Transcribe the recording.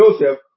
Joseph